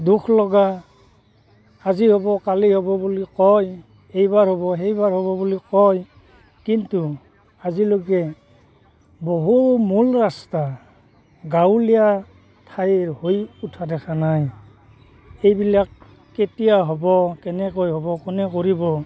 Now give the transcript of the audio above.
দুখ লগা আজি হ'ব কালি হ'ব বুলি কয় এই এইবাৰ হ'ব সেইবাৰ হ'ব বুলি কয় কিন্তু আজিলৈকে বহু মূল ৰাস্তা গাঁৱলীয়া ঠাই হৈ উঠা দেখা নাই এইবিলাক কেতিয়া হ'ব কেনেকৈ হ'ব কোনে কৰিব